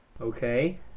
Okay